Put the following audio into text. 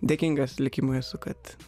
dėkingas likimui esu kad